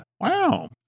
Wow